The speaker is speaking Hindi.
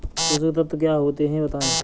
पोषक तत्व क्या होते हैं बताएँ?